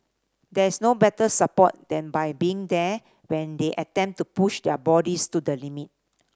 there's no better support than by being there when they attempt to push their bodies to the limit